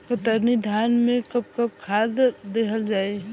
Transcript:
कतरनी धान में कब कब खाद दहल जाई?